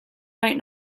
might